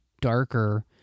darker